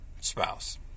spouse